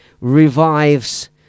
revives